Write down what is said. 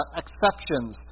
exceptions